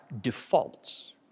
defaults